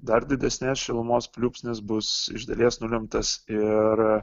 dar didesnės šilumos pliūpsnis bus iš dalies nulemtas ir